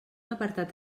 apartat